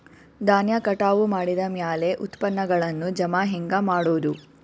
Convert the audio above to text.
ಧಾನ್ಯ ಕಟಾವು ಮಾಡಿದ ಮ್ಯಾಲೆ ಉತ್ಪನ್ನಗಳನ್ನು ಜಮಾ ಹೆಂಗ ಮಾಡೋದು?